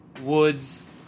Woods